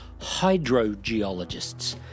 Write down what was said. hydrogeologists